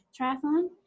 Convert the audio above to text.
triathlon